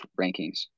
rankings